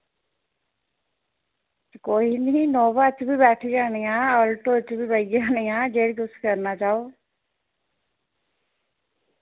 कोई निं नोवा च बी बैठी जानियां अल्टो च बी बेही जानियां जेह्ड़ी तुस करना चाहो